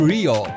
Rio